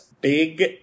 big